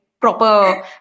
proper